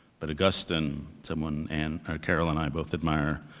but augustine, and someone and carol and i both admire,